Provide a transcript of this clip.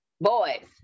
boys